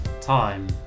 time